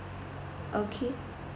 okay